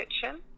kitchen